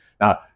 Now